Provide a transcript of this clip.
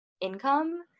income